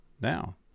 now